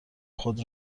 خود